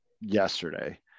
yesterday